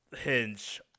hinge